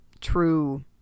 true